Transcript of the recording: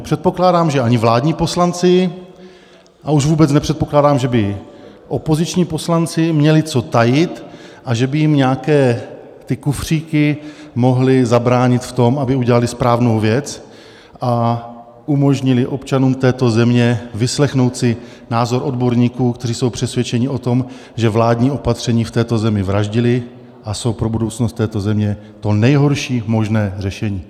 Předpokládám, že ani vládní poslanci, a už vůbec nepředpokládám, že by opoziční poslanci měli co tajit a že by jim nějaké ty kufříky mohly zabránit v tom, aby udělali správnou věc a umožnili občanům této země vyslechnout si názor odborníků, kteří jsou přesvědčeni o tom, že vládní opatření v této zemi vraždila a jsou pro budoucnost této země to nejhorší možné řešení.